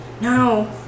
No